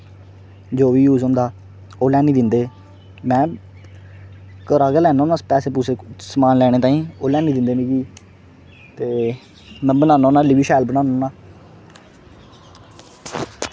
जो बी कुछ होंदा ओह् लेयानी दिंदे में घरा गै लैन्ने होन्ने अस पैसे सामन लैने ताहीं ओह् लेई आनी दिंदे मिगी ते में बनाना होन्ना हल्ली बी शैल बनाना होन्ना